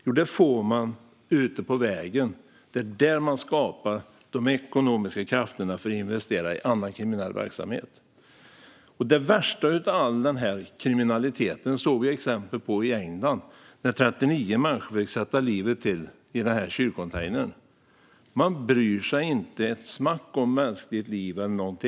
Jo, det får de ute på vägen. Det är där de skapar de ekonomiska krafterna för att investera i annan kriminell verksamhet. Den värsta typen av kriminalitet såg vi exempel på i England, där 39 människor fick sätta livet till i en kylcontainer. Man bryr sig inte ett smack om mänskligt liv.